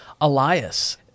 Elias